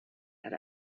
had